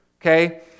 Okay